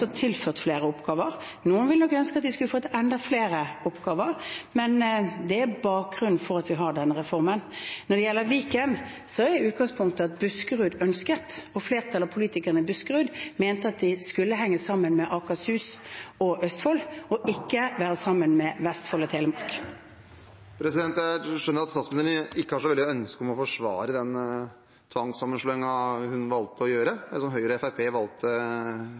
tilført flere oppgaver. Noen ville nok ønsket at de skulle fått enda flere oppgaver. Men dette er bakgrunnen for at vi hadde denne reformen. Når det gjelder Viken, er utgangspunktet at Buskerud ønsket, og flertallet av politikerne i Buskerud mente, at de skulle henge sammen med Akershus og Østfold, ikke sammen med Vestfold og Telemark. Trygve Slagsvold Vedum – til oppfølgingsspørsmål. Jeg skjønner at statsministeren ikke har så veldig ønske om å forsvare den tvangssammenslåingen hun valgte å gjøre, eller som Høyre og Fremskrittspartiet valgte